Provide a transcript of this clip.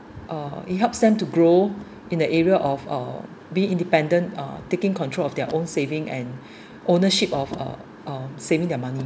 uh it helps them to grow in the area of uh be independent uh taking control of their own saving and ownership of uh uh saving their money